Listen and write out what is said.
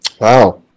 Wow